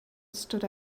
stood